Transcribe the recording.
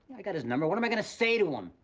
i got his number, what am i gonna say to him?